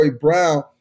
Brown